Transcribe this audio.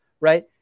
right